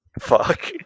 Fuck